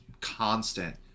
constant